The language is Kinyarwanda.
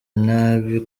nabi